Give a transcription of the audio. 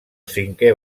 cinquè